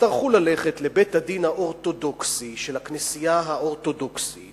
יצטרכו ללכת לבית-הדין האורתודוקסי של הכנסייה האורתודוקסית